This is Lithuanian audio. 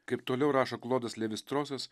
kaip toliau rašo klodas levis strosas